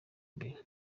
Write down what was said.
mbere